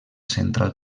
central